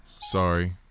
Sorry